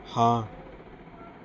ਹਾਂ